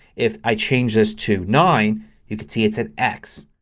if i change this to nine you could see it says x.